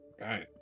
right